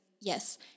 Yes